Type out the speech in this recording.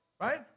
Right